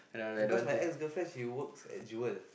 because my ex-girlfriend she works at jewel